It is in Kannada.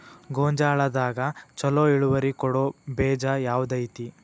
ಗೊಂಜಾಳದಾಗ ಛಲೋ ಇಳುವರಿ ಕೊಡೊ ಬೇಜ ಯಾವ್ದ್ ಐತಿ?